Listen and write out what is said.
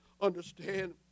understand